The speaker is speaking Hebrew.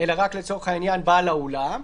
אלא רק לצורך העניין בעל האולם,